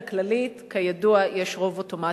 מבקרים בו כ-200,000 מבקרים בשנה ויש בו חשיבות חינוכית,